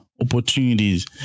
opportunities